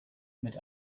mit